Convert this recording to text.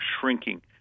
shrinking